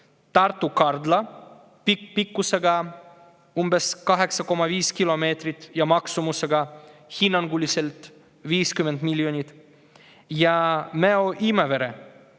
Tartu-Kardla pikkusega umbes 8,5 kilomeetrit ja maksumusega hinnanguliselt 50 miljonit ning Mäo-Imavere,